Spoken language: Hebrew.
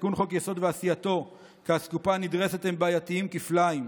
תיקון חוק-יסוד ועשייתו כאסקופה נדרסת הם בעייתיים כפליים.